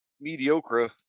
mediocre